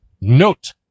Note